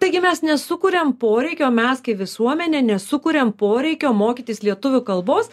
taigi mes nesukuriam poreikio mes kaip visuomenė nesukuriam poreikio mokytis lietuvių kalbos